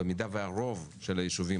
במידה והרוב של הישובים,